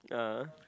ah